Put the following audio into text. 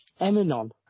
Eminon